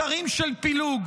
מסרים של פילוג.